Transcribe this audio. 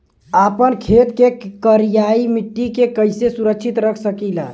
आपन खेत के करियाई माटी के कइसे सुरक्षित रख सकी ला?